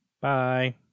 Bye